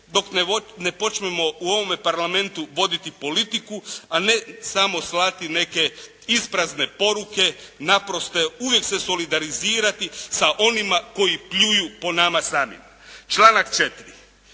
dok ne počnemo u ovome parlamentu voditi politiku, a ne samo slati neke isprazne poruke, naprosto, uvijek se solidalizirati sa onima koji pljuju po nama samima. Članak 4.